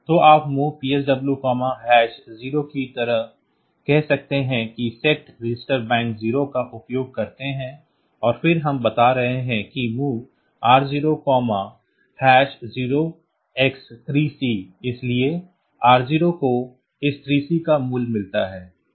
तो आप MOV PSW0 की तरह कह सकते हैं कि सेट रजिस्टर बैंक 0 का उपयोग करते हैं और फिर हम बता रहे हैं कि MOV R00x3C इसलिए R0 को इस 3C का मूल्य मिलता है